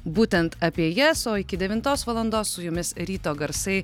būtent apie jas o iki devintos valandos su jumis ryto garsai